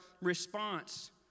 response